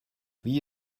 wie